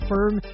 Firm